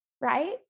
right